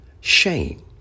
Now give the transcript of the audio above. shame